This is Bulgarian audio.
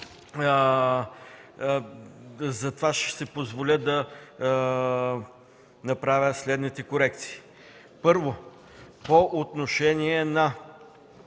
затова ще си позволя да направя следните корекции. Първо, по отношение броя